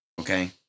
Okay